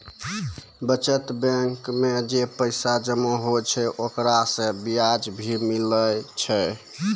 बचत बैंक मे जे पैसा जमा होय छै ओकरा से बियाज भी मिलै छै